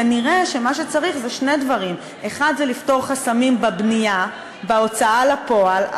כנראה מה שצריך זה שני דברים: 1. לפתור חסמים בבנייה בהוצאה לפועל.